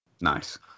Nice